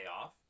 off